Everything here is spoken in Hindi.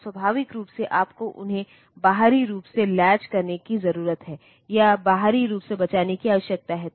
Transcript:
और स्वाभाविक रूप से आपको उन्हें बाहरी रूप से लैच करने की ज़रुरत है या बाहरी रूप से बचाने की आवश्यकता है